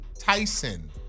Tyson